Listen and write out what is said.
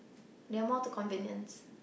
they're more to convenience